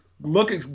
Look